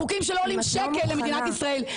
חוקים שלא עולים שקל למדינת ישראל,